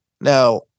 Now